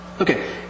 Okay